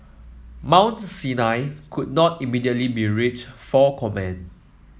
Mount Sinai could not immediately be reached for comment